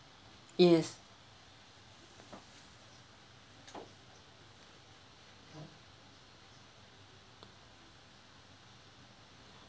yes